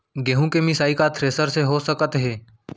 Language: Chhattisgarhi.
गेहूँ के मिसाई का थ्रेसर से हो सकत हे?